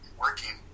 working